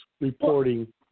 reporting